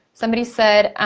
somebody said,